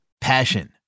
Passion